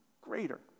greater